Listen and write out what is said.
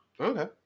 Okay